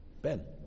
Ben